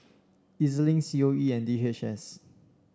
EZ Link C O E and D H S